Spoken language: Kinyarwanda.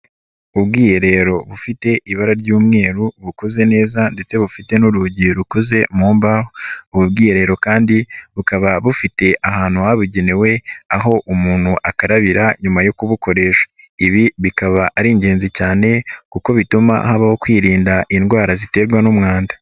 Ubwiherero bufite ibara ry'umweru bukoze neza ndetse bufite n'urugi rukoze mu mbaho, ubu bwiherero kandi bukaba bufite ahantu habugenewe aho umuntu akarabira nyuma yo kubukoresha, ibi bikaba ari ingenzi cyane kuko bituma habaho kwirinda indwara ziterwa n'umwanda.